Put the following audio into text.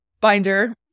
binder